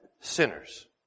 sinners